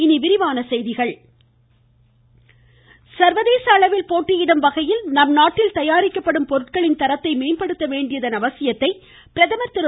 ம் ம் ம் ம் ம பிரதமர் சர்வதேச அளவில் போட்டியிடும் வகையில் நம்நாட்டில் தயாரிக்கப்படும் பொருட்களின் தரத்தை மேம்படுத்த வேண்டியதன் அவசியத்தை பிரதமர் திரு